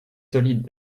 solide